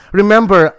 remember